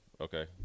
Okay